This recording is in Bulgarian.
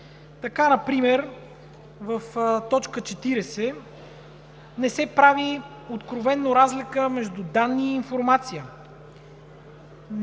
Така например в т. 40 не се прави откровено разлика между „данни“ и „информация“.